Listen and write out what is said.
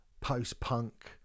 post-punk